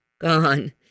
Gone